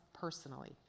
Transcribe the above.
personally